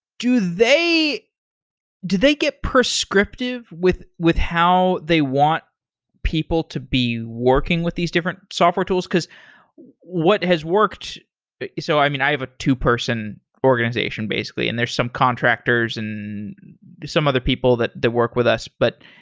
do they do they get prescriptive with with how they want people to be working with these different software tools? because what has worked so i mean, i have a two-person organization basically, and there are some contractors and some other people that that work with us. but,